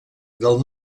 del